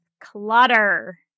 clutter